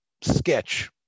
sketch